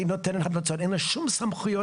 היא נותנת המלצות ואין לה שום סמכויות.